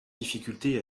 difficultés